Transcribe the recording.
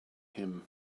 him